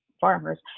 farmers